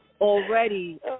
already